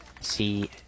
see